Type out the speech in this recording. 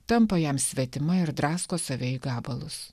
tampa jam svetima ir drasko save į gabalus